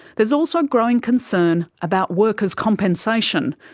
there's also growing concern about workers compensation.